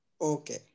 okay